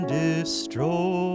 destroy